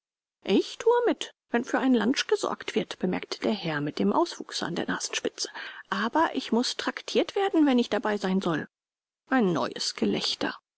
ich thue mit wenn für ein lunch gesorgt wird bemerkte der herr mit dem auswuchse an der nasenspitze aber ich muß traktiert werden wenn ich dabei sein soll ein neues gelächter